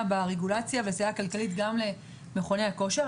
ברגולציה ולסייע כלכלית גם למכוני הכושר,